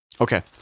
Okay